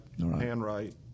handwrite